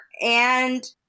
and-